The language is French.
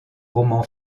roman